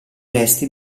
resti